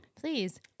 Please